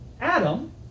Adam